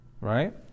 Right